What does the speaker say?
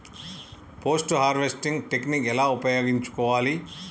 Post harvesting technique ఎలా ఉపయోగించుకోవాలి?